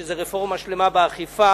שזו רפורמה שלמה באכיפה